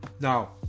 now